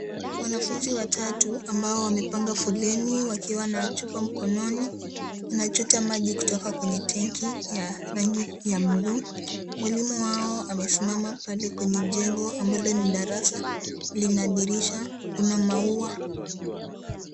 Wanafunzi watatu ambao wamepanga foleni, wakiwa na chupa mkononi. Wanachota maji kutoka kwenye tanki ya rangi ya blue . Mwalimu wao amesimama pale kwenye jengo ambalo ni darasa. Lina dirisha, kuna maua.